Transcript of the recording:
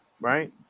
right